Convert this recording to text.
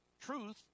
truth